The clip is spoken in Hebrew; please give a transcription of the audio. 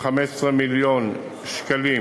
כ-15 מיליון שקלים